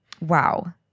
Wow